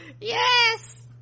yes